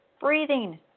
breathing